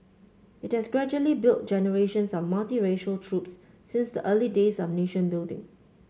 it has gradually built generations of multiracial troops since the early days of nation building